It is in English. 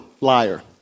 Liar